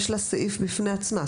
יש לה סעיף בפני עצמה.